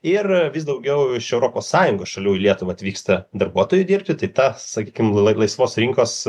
ir vis daugiau iš europos sąjungos šalių į lietuvą atvyksta darbuotojų dirbti tai ta sakykime laisvos rinkos